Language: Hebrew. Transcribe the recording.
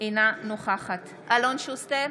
אינה נוכחת אלון שוסטר,